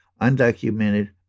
undocumented